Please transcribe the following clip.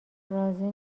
راضی